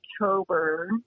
October –